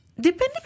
depending